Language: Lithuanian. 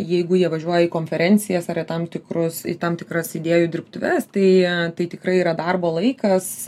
jeigu jie važiuoja į konferencijas ar į tam tikrus į tam tikras idėjų dirbtuves tai tai tikrai yra darbo laikas